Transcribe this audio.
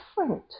different